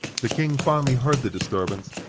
the king finally heard the disturbance,